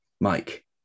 Mike